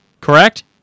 correct